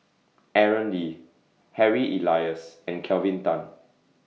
Aaron Lee Harry Elias and Kelvin Tan